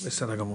בסדר גמור.